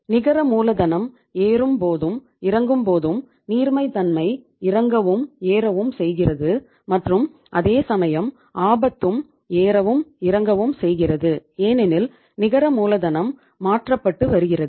நிகர மூலதனம் ஏறும் போதும் இறங்கும் போதும் நீர்மை தன்மை இறங்கவும் ஏறவும் செய்கிறது மற்றும் அதே சமயம் ஆபத்தும் ஏறவும் இறங்கவும் செய்கிறது ஏனெனில் நிகர மூலதனம் மாற்றப்பட்டு வருகிறது